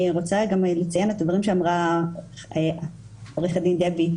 אני רוצה גם לציין את הדברים שאמרה עו"ד דבי,